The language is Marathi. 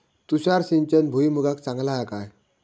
तुषार सिंचन भुईमुगाक चांगला हा काय?